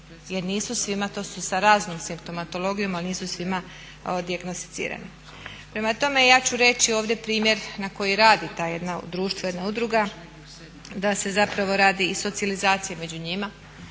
jer nisu svima, to su sa raznom simptomatologijom, ali nisu svima dijagnosticirani. Prema tome, ja ću reći ovdje primjer na koji radi to jedno društvo, jedna udruga da se zapravo radi i socijalizacija među njima